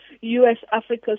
U.S.-Africa